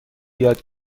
یاد